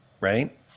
Right